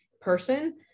person